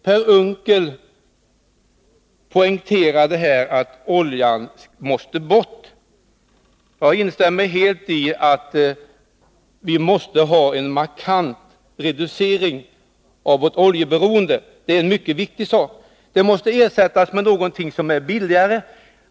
Per Unckel poängterade här att oljan måste bort. Jag instämmer helt i att vi måste ha en markant reducering av vårt oljeberoende. Det är mycket viktigt. Den måste ersättas med någonting som är billigare.